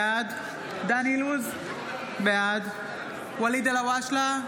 בעד דן אילוז, בעד ואליד אלהואשלה,